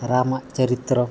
ᱨᱟᱢᱟᱜ ᱪᱚᱨᱤᱛᱨᱚ